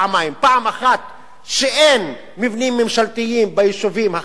פעם אחת שאין מבנים ממשלתיים ביישובים החלשים,